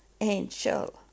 angel